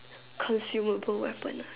consumable weapon ah